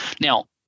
Now